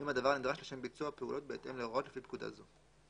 אם הדבר נדרש לשם ביצוע פעולות בהתאם להוראות לפי פקודה זו.